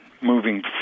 moving